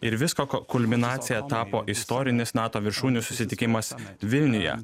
ir visko ko kulminacija tapo istorinis nato viršūnių susitikimas vilniuje